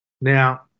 Now